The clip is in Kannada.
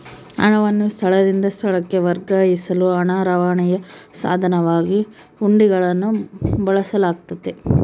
ಹಣವನ್ನು ಸ್ಥಳದಿಂದ ಸ್ಥಳಕ್ಕೆ ವರ್ಗಾಯಿಸಲು ಹಣ ರವಾನೆಯ ಸಾಧನವಾಗಿ ಹುಂಡಿಗಳನ್ನು ಬಳಸಲಾಗ್ತತೆ